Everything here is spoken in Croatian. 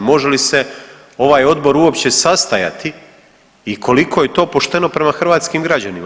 Može li se ovaj Odbor uopće sastajati i koliko je to pošteno prema hrvatskim građana?